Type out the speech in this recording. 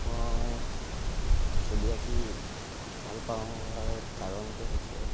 মই ছবি আঁকি ভালপোৱাৰ ইয়াৰ কাৰণটো হৈছে